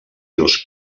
dos